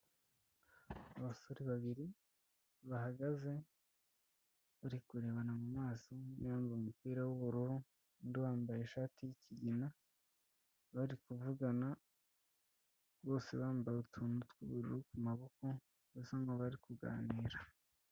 Abasore babiri bahagaze bari kurebana mu maso, umwe yambaye umupira w'ubururu, undi wambaye ishati y'ikigina, bari kuvugana bose bambaye utuntu tw'ubururu ku maboko, basa nkaho bari kuganira.